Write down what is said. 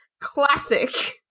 Classic